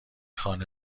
خانه